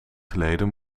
geleden